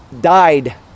died